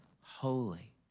Holy